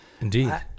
Indeed